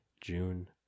June